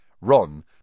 Ron